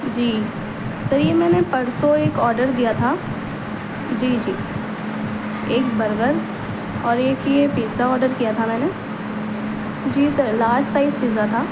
جی sir یہ میں نے پرسوں ایک آڈر دیا تھا جی جی ایک برگر اور ایک یہ پیزا آڈر کیا تھا میں نے جی سر لارج سائز پیزا تھا